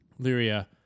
Lyria